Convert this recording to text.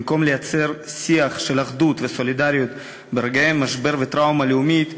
במקום לייצר שיח של אחדות וסולידריות ברגעי משבר וטראומה לאומית,